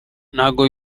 ntago